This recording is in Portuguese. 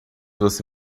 você